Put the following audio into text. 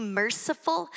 merciful